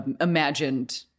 imagined